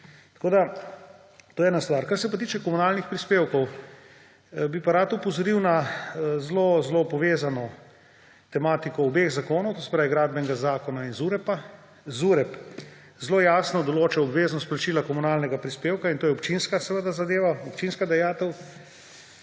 1997. To je ena stvar. Kar se pa tiče komunalnih prispevkov, bi pa rad opozoril na zelo zelo povezano tematiko obeh zakonov, to se pravi Gradbenega zakona in ZUreP. ZUreP zelo jasno določa obveznost plačila komunalnega prispevka in to je seveda občinska zadeva, občinska dajatev, in